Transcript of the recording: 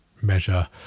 measure